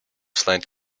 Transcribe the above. slant